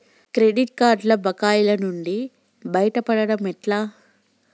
Credit కార్డుల బకాయిల నుండి బయటపడటం ఎట్లా?